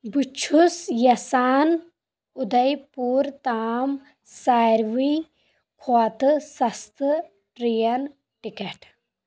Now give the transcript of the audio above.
بہٕ چھُس یژھان اُدے پوٗر تام ساروٕے کھۄتہٕ سستہٕ ٹرین ٹکٹ